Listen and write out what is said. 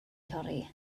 torri